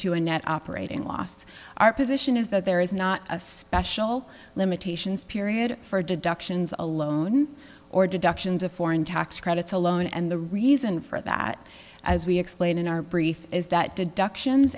to a net operating loss our position is that there is not a special limitations period for deductions alone or deductions of foreign tax credits alone and the reason for that as we explain in our brief is that deductions